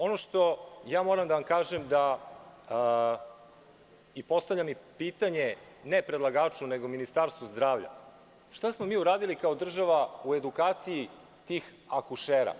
Ono što moram da vam kažem i postavljam pitanje, ne predlagaču nego Ministarstvu zdravlja – šta smo mi uradili kao država u edukaciji tih akušera?